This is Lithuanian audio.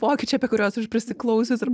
pokyčiai apie kuriuos aš prisiklausius ir